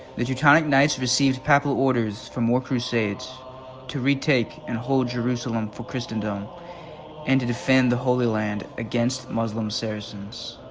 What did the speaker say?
the teutonic knights received papal orders for more crusades to retake and hold jerusalem for christendom and to defend the holy land against muslim saracens.